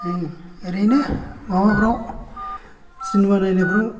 ओरैनो माबाफ्राव सिनेमा नायनायफ्राव